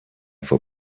for